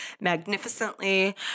magnificently